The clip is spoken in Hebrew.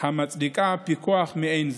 המצדיקה פיקוח מעין זה.